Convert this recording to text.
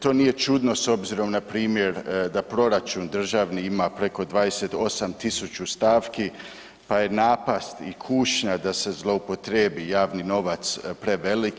To nije čudno s obzirom na primjer da proračun državni ima preko 28.000 stavki, pa je napast i kušnja da se zloupotrijebi javni novac preveliki.